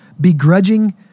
Begrudging